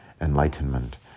Enlightenment